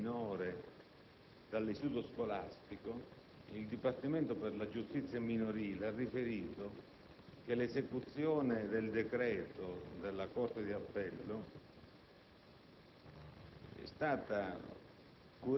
attuate per il prelievo del minore dall'istituto scolastico, il dipartimento per la giustizia minorile ha riferito che l'esecuzione del decreto della corte d'appello